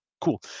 Cool